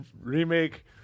remake